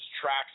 tracks